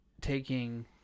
taking